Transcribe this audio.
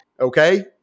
okay